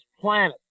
planet